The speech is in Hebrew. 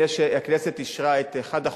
התשע"ב 2012,